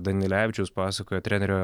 danilevičius pasakojo trenerio